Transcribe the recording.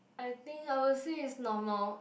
I think I will say is normal